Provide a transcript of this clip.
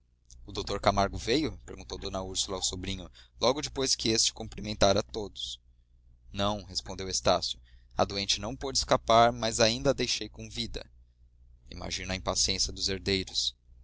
o dr camargo veio perguntou d úrsula ao sobrinho logo depois que este cumprimentara a todos não respondeu estácio a doente não pode escapar mas ainda a deixei com vida imagino a impaciência dos herdeiros